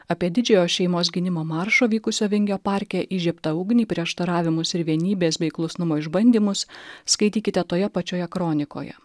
apie didžiojo šeimos gynimo maršą vykusio vingio parke įžiebtą ugnį prieštaravimus ir vienybės bei klusnumo išbandymus skaitykite toje pačioje kronikoje